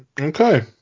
Okay